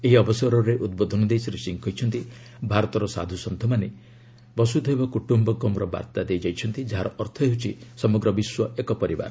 ଏହି ଅବସରରେ ଉଦ୍ବୋଧନ ଦେଇ ଶ୍ରୀ ସିଂହ କହିଛନ୍ତି ଭାରତର ସାଧୁସନ୍ଥମାନେ ବଷୁଧୈବ କୁଟ୍ୟୁକମ୍ର ବାର୍ତ୍ତା ଦେଇ ଯାଇଛନ୍ତି ଯାହାର ଅର୍ଥ ହେଉଛି ସମଗ୍ର ବିଶ୍ୱ ଏକ ପରିବାର